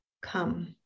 come